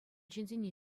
ҫынсене